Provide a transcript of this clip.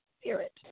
Spirit